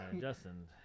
Justin